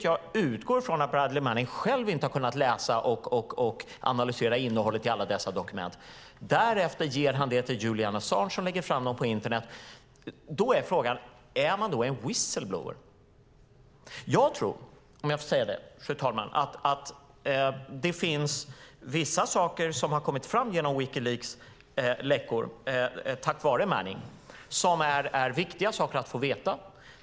Jag utgår från att Bradley Manning själv inte har kunnat läsa och analysera innehållet i alla dessa dokument. Därefter ger han dem till Julian Assange som lägger fram dem på internet. Är han då en whistleblower? Jag tror, om jag får säga det, fru talman, att det finns vissa saker som kommit fram genom Wikileaks läckor tack vare Manning som är viktiga saker att få veta.